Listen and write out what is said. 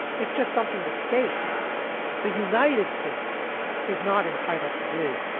it's just something the state the united states is not entitled to do